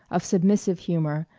of submissive humor,